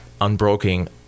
unbroken